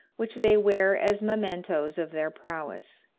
which they wear as mementoes of their prowess.